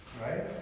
Right